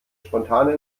spontane